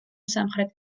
სამხრეთ